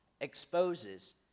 exposes